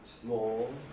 small